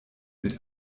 mit